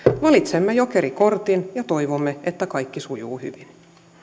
valitsemme jokerikortin ja toivomme että kaikki sujuu hyvin